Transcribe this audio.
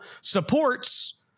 supports